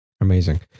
Amazing